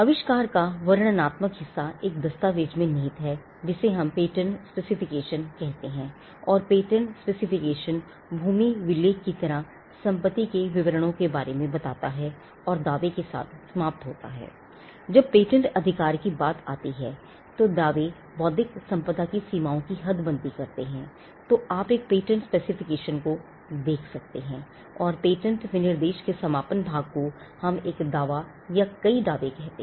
आविष्कार का वर्णनात्मक हिस्सा एक दस्तावेज में निहित है जिसे हम पेटेंट स्पेसीफिकेशन को देख सकते हैं और पेटेंट विनिर्देश के समापन भाग को हम एक दावा या कई दावे कहते हैं